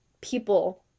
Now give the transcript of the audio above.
people